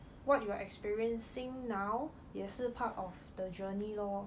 what you are experiencing now 也是 part of the journey lor